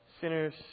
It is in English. sinners